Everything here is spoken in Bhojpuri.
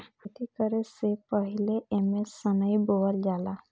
खेती करे से पहिले एमे सनइ बोअल जाला